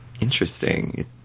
Interesting